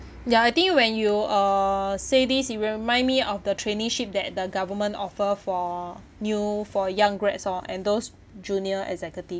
ya I think when you uh say this you remind me of the traineeship that the government offer for new for young grads orh and those junior executive